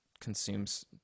consumes